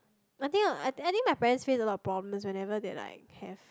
I think uh I think my parents face a lot of problems whenever they like have